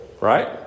right